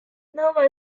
nova